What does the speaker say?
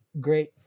great